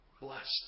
blessed